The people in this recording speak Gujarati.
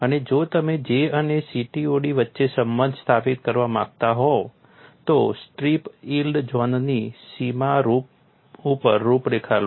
અને જો તમે J અને CTOD વચ્ચે સંબંધ સ્થાપિત કરવા માંગતા હોવ તો સ્ટ્રીપ યીલ્ડ ઝોનની સીમા ઉપર રૂપરેખા લો